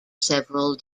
several